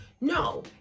No